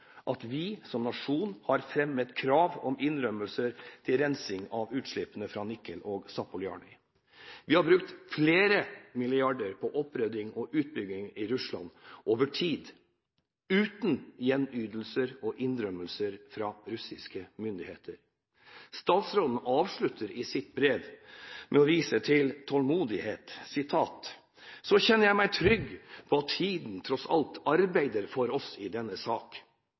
at vi som nasjon har fremmet krav om innrømmelser til rensing av utslippene fra Nikel og Zapoljarny. Vi har over tid brukt flere milliarder kroner på opprydninger og utbygginger i Russland uten gjenytelser og innrømmelser fra russiske myndigheter. Statsråden avslutter i sitt brev med å vise til tålmodighet: så kjenner eg meg trygg på at tida tross alt arbeider for oss i denne